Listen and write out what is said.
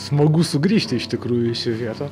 smagu sugrįžti iš tikrųjų į šią vietą